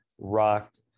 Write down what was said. rocked